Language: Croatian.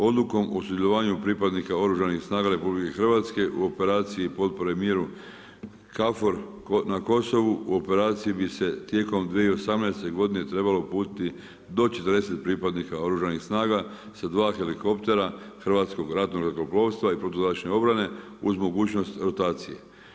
Odlukom o sudjelovanju pripadnika Oružanih snaga RH u operaciji Potpore miru KFOR na Kosovu u operaciji bi se tijekom 2018. godine trebalo uputiti do 40 pripadnika oružanih snaga sa dva helikoptera Hrvatskog ratnog zrakoplovstva i protuzračne obrane uz mogućnost rotacije.